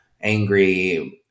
Angry